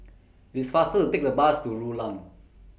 It's faster to Take A Bus to Rulang